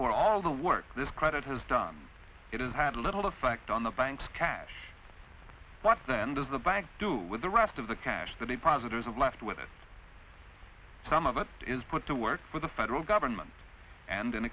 for all the work this credit has done it has had little effect on the bank's cash what then does the bank do with the rest of the cash that the positives of last with it some of it is put to work for the federal government and in